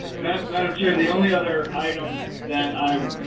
madam kind of chair the only other item that